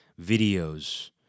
videos